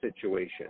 situation